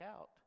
out